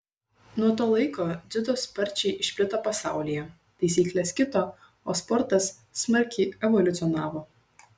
nuo to laiko dziudo sparčiai išplito pasaulyje taisyklės kito o sportas smarkiai evoliucionavo